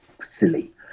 silly